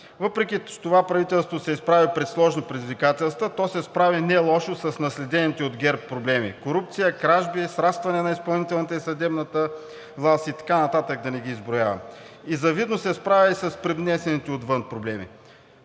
Въпреки това правителството се изправя пред сложни предизвикателства. То се справи нелошо с наследените от ГЕРБ проблеми: корупция, кражби, срастване на изпълнителната и на съдебната власт и така нататък, да не ги изброявам, и завидно се справи и с привнесените отвън проблеми.